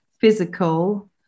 physical